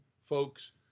folks